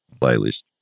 playlist